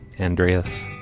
Andreas